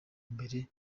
imbere